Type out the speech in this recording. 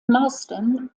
marsden